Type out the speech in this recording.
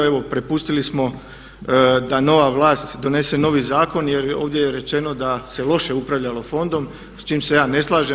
Evo prepustili smo da nova vlast donese novi zakon jer ovdje je rečeno da se loše upravljalo fondom, s čim se ja ne slažem.